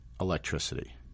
electricity –